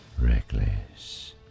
reckless